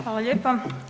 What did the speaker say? Hvala lijepa.